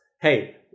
hey